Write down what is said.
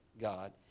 God